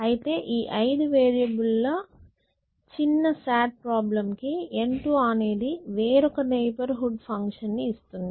అయితే ఈ 5 వేరియబుల్ ల చిన్న SAT ప్రాబ్లెమ్ కి N2 అనేది వేరొక నైబర్ హుడ్ ఫంక్షన్ ని ఇస్తుంది